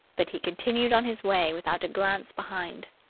but he continued on his way without a glance behind.